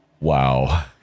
Wow